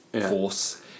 Force